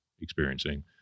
experiencing